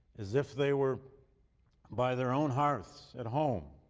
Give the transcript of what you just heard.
as if they were by their own hearths, at home.